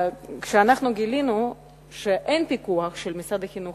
כשאנחנו גילינו שאין פיקוח של משרד החינוך,